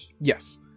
Yes